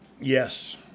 Yes